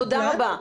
תודה רבה.